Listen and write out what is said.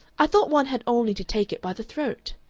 i thought one had only to take it by the throat.